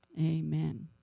amen